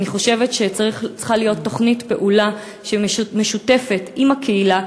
אני חושבת שצריכה להיות תוכנית פעולה משותפת עם הקהילה,